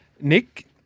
Nick